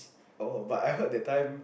oh but I heard that time